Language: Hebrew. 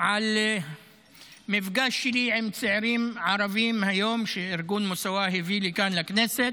על מפגש שלי עם צעירים ערבים היום שארגון מוסאוא הביא לכאן לכנסת,